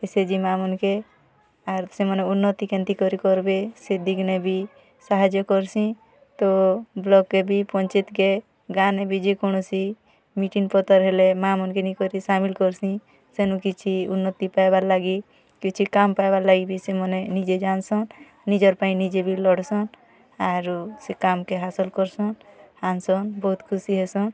S H G ମା'ମାନ୍କେ ଆରୁ ସେମାନେ ଉନ୍ନତି କେନ୍ତି କରି କର୍ବେ ସେ ଦିଗ୍ନେ ବି ସାହାଯ୍ୟ କର୍ସିଁ ତ ବ୍ଳକ୍କେ ବି ପଞ୍ଚାୟତ୍କେ ଗାଁନେ ବି ଯେ କୌଣସି ମିଟିଂ ପତର୍ ହେଲେ ମା'ମାନ୍କେ ନେଇକରି ବି ସାମିଲ୍ କର୍ସିଁ ସେନୁ କିଛି ଉନ୍ନତି ପାଇବାର୍ଲାଗି କିଛି କାମ୍ ପାଇବାର୍ ଲାଗି ବି ସେମାନେ ନିଜେ ଜାନ୍ସନ୍ ନିଜର୍ ପାଇଁ ନିଜେ ବି ଲଢ଼୍ସନ୍ ଆରୁ ସେ କାମ୍କେ ହାସଲ୍ କର୍ସନ୍ ଆନ୍ସନ୍ ବହୁତ୍ ଖିସି ହେସନ୍